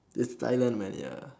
it's thailand man ya